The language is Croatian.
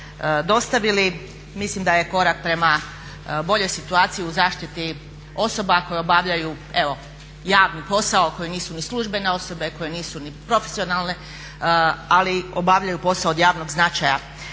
mislim da je korak prema boljoj situaciji u zaštiti osoba koje obavljaju evo javni posao, koji nisu ni službene osobe, koji nisu ni profesionalne ali obavljaju posao od javnog značaja.